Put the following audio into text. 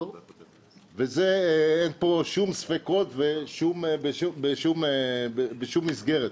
ואין פה שום ספקות בשום מסגרת,